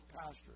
pastor